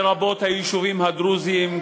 לרבות היישובים הדרוזיים.